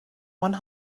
one